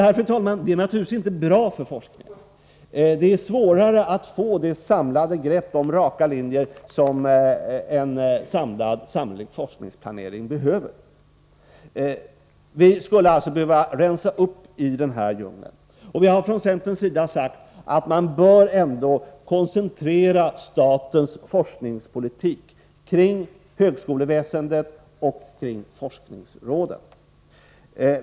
Detta är naturligtvis inte bra för forskningen — det är svårare att få det samlade grepp om raka linjer som behövs för en samlad forskningsplanering. Vi skulle alltså behöva rensa upp i den här djungeln, och vi har från centerns sida sagt att man bör koncentrera statens forskningspolitik kring högskoleväsendet och kring forskningsråden.